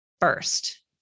first